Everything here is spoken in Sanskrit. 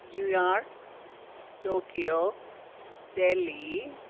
New York Tokyo Delhi